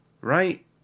right